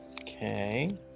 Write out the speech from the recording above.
Okay